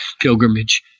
pilgrimage